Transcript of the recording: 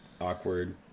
awkward